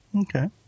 okay